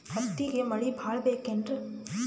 ಹತ್ತಿಗೆ ಮಳಿ ಭಾಳ ಬೇಕೆನ್ರ?